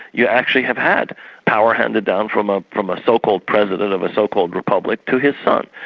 you actually have had power handed down from ah from a so-called president of a so-called republic, to his son.